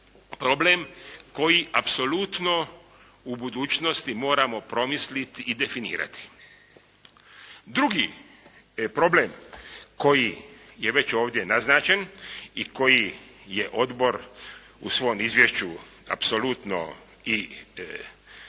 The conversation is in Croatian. problem koji apsolutno u budućnosti moramo promislit i definirat. Drugi problem koji je već ovdje naznačen i koji je odbor u svom izvješću apsolutno i spomenuo,